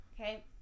Okay